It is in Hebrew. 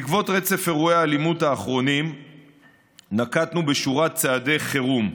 בעקבות רצף אירועי האלימות האחרונים נקטנו שורת צעדי חירום: